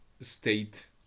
state